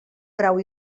grau